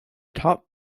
top